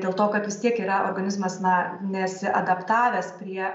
dėl to kad vis tiek yra organizmas na nesi adaptavęs prie